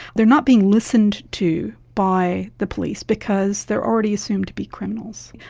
they are not being listened to by the police because they are already assumed to be criminals.